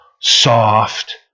soft